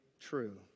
true